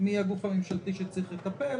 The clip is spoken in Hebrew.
מי הגוף הממשלתי שצריך לטפל,